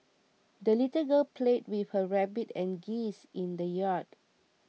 the little girl played with her rabbit and geese in the yard